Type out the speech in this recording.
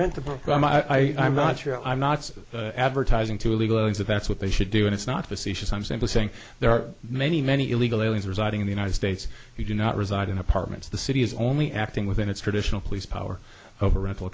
program i am not sure i'm not advertising to illegal aliens that that's what they should do and it's not facetious i'm simply saying there are many many illegal aliens residing in the united states who do not reside in apartments the city is only acting within its traditional police power over rental